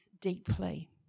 deeply